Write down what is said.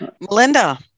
Melinda